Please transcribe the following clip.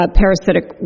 parasitic